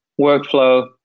workflow